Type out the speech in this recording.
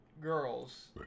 girls